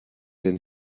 denn